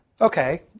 Okay